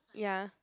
ya